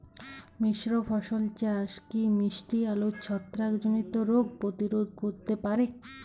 মিশ্র ফসল চাষ কি মিষ্টি আলুর ছত্রাকজনিত রোগ প্রতিরোধ করতে পারে?